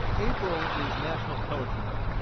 april is national poetry month.